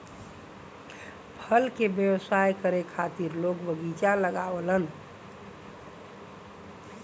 फल के व्यवसाय करे खातिर लोग बगीचा लगावलन